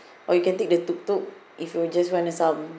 or you can take the tuk tuk if you will just want some